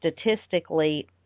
statistically